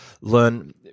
Learn